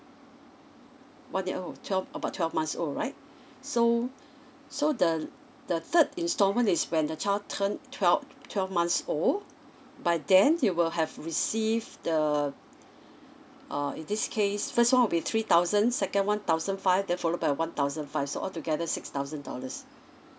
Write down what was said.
one year old twelve about twelve months right so so the the third instalment is when the child turn twelve twelve months old by then he will have received the uh in this case first one will be three thousand second one thousand five then followed by a one thousand five so all together six thousand dollars